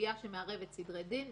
כזה לא קיים בסדרי הדין האזרחיים,